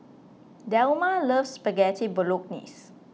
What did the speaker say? Delmar loves Spaghetti Bolognese